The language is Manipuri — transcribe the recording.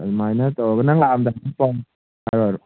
ꯑꯗꯨꯃꯥꯏꯅ ꯇꯧꯔꯒ ꯅꯪ ꯂꯥꯛꯑꯝꯗꯥꯏꯗ ꯍꯥꯏꯔꯛꯑꯣ ꯍꯥꯏꯔꯛꯑꯣ